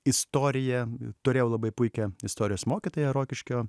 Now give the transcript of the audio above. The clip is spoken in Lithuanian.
istorija turėjau labai puikią istorijos mokytoją rokiškio